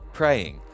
praying